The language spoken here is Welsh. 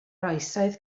oesoedd